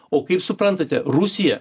o kaip suprantate rusija